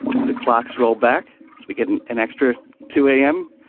so the clocks roll back. so we get an an extra two a m,